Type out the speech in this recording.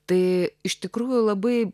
tai iš tikrųjų labai